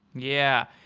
yeah.